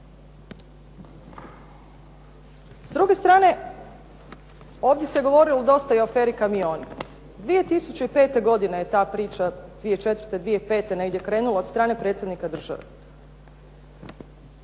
S druge strane ovdje se govorilo dosta i o aferi "Kamioni". 2005. godine je ta priča, 2004., 2005. negdje krenula od strane predsjednika države.